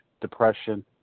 depression